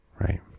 right